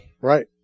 Right